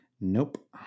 Nope